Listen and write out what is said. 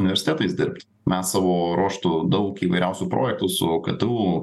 universitetais dirbt mes savo ruožtu daug įvairiausių projektų su ktu